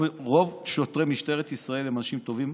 רוב שוטרי משטרת ישראל הם אנשים טובים,